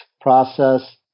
process